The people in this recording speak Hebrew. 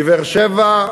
בבאר-שבע,